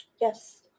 Yes